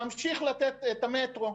נמשיך לתת את המטרו.